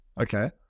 Okay